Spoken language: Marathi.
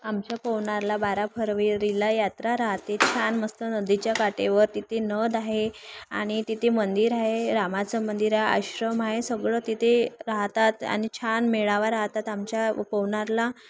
आमच्या पवनारला बारा फरवीरीला यात्रा राहते छान मस्त नदीच्या काठावर तिथे नदी आहे आणि तिथे मंदिर आहे रामाचं मंदिर आहे आश्रम आहे सगळं तिथे राहतात आणि छान मेळावा राहतात आमच्या पवनारला